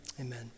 amen